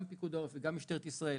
גם פיקוד העורף וגם משטרת ישראל,